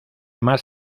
más